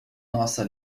nossa